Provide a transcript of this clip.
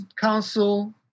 Council